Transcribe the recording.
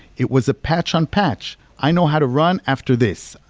it was a patch on patch. i know how to run after this.